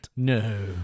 No